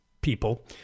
people